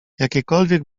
jakiekolwiek